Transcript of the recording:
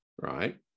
right